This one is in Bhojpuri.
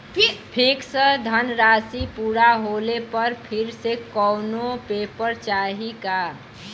फिक्स धनराशी पूरा होले पर फिर से कौनो पेपर चाही का?